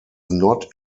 not